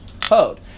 code